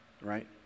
right